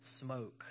Smoke